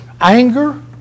anger